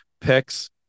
picks